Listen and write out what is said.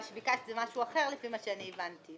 מה שביקשת זה משהו אחר לפי מה שאני הבנתי.